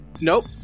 Nope